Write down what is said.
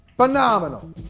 Phenomenal